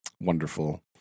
wonderful